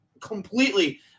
completely